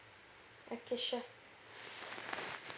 okay sure